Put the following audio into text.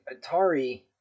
Atari